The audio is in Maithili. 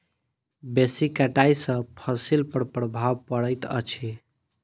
बेसी कटाई सॅ फसिल पर प्रभाव पड़ैत अछि